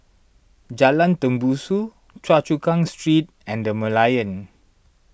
Jalan Tembusu Choa Chu Kang Street and the Merlion